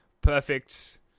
perfect